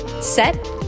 set